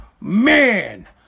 man